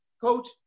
Coach